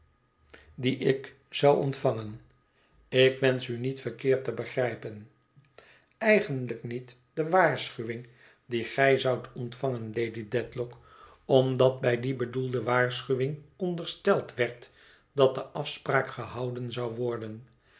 die ik zou ontvangen ik wensch u niet verkeerd te begrijpen eigenlijk niet de waarschuwing die gij zoudt ontvangen lady dedlock omdat bij die bedoelde waarschuwing ondersteld werd dat de afspraak gehouden zou worden